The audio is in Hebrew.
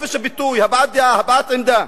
לחופש הביטוי, הבעת דעה, הבעת עמדה.